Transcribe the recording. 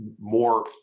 more